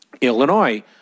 Illinois